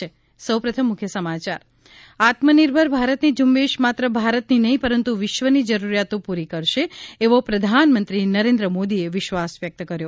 ઃ આત્મનિર્ભર ભારતની ઝૂંબેશ માત્ર ભારતની નહીં પરંતુ વિશ્વની જરૂરિયાતો પૂરી કરશે એવો પ્રધાનમંત્રી નરેન્દ્ર મોદીએ વિશ્વાસ વ્યક્ત કર્યો